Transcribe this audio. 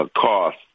cost